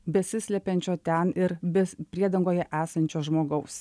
besislepiančio ten ir be priedangoje esančio žmogaus